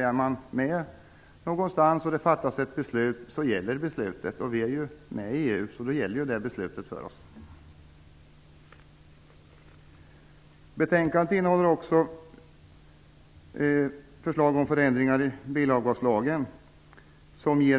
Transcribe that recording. Är man med någonstans där det fattas ett beslut, så gäller det beslutet. Vi är med i EU, så då gäller EU:s beslut. Betänkandet innehåller också förslag till förändringar i bilavgaslagen som ger